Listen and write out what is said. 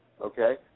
Okay